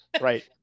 right